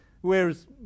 Whereas